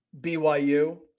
BYU